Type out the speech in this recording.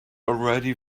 already